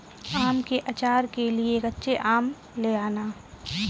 आम के आचार के लिए कच्चे आम ले आना